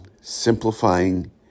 simplifying